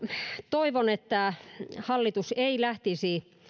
toivon että hallitus ei lähtisi